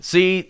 See